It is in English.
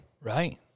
Right